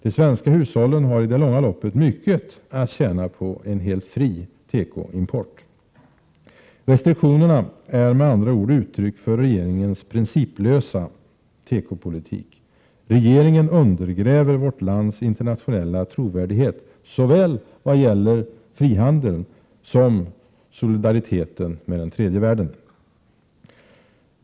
De svenska hushållen har i det långa loppet mycket att tjäna på en helt fri tekoimport. Restriktionerna är med andra ord uttryck för regeringens principlösa tekopolitik. Regeringen undergräver vårt lands internationella trovärdighet vad gäller såväl frihandeln som solidariteten med tredje världen.